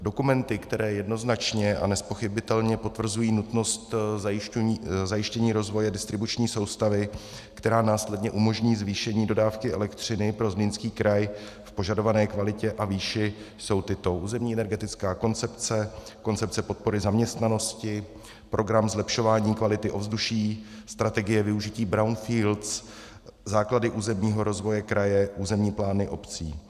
Dokumenty, které jednoznačně a nezpochybnitelně potvrzují nutnost zajištění rozvoje distribuční soustavy, která následně umožní zvýšení dodávky elektřiny pro Zlínský kraj v požadované kvalitě a výši jsou tyto: územní energetická koncepce, koncepce podpory zaměstnanosti, program zlepšování ovzduší, strategie využití brownfields, základy územního rozvoje kraje, územní plány obcí.